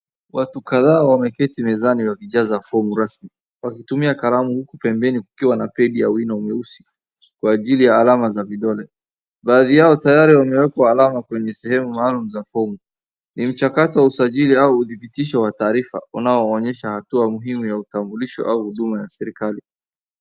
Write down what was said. Watu kadhaa wameketi mezani wakijaza fomu rasmi. Wakitumia kalamu huku pembeni kukiwa na peni ya wino mweusi, kwa ajili ya alama za vidole. Baadhi yao tayari wamewekwa alama kwenye sehemu maalum za fomu. Ni mchakato usajili au udhibitisho wa taarifa unaoonyesha hatua muhimu ya utambulisho au huduma ya kiserikali.